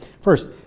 first